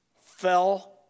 fell